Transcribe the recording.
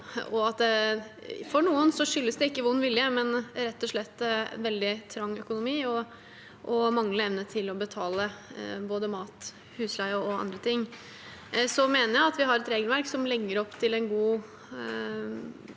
for noen ikke skyldes vond vilje, men rett og slett veldig trang økonomi og manglende evne til å betale både mat, husleie og andre ting. Jeg mener vi har et regelverk som legger opp til en god